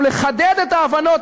הוא לחדד את ההבנות,